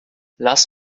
lass